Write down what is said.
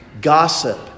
gossip